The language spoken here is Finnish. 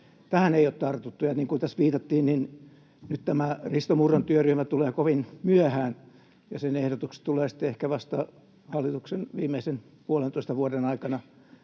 Tähän ei ole tartuttu, ja niin kuin tässä viitattiin, nyt tämä Risto Murron työryhmä tulee kovin myöhään ja sen ehdotukset tulevat sitten ehkä vasta hallituksen viimeisen puolentoista vuoden aikana